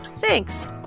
Thanks